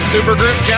Supergroup